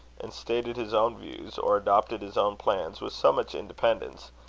and stated his own views, or adopted his own plans, with so much independence,